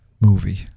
movie